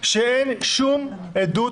"אין שום עדות